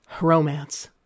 romance